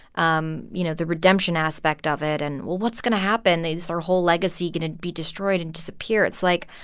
um you know, the redemption aspect of it and well, what's going to happen? is their whole legacy going to be destroyed and disappear? it's like,